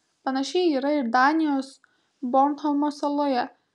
panašiai yra ir danijos bornholmo saloje